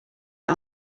yet